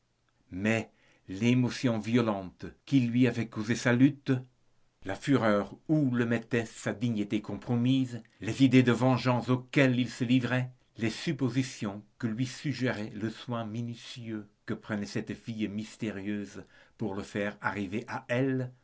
mais l'émotion violente que lui avait causée sa lutte la fureur où le mettait sa dignité compromise les idées de vengeance auxquelles il se livrait les suppositions que lui suggérait le soin minutieux que prenait cette fille mystérieuse pour le faire arriver à elle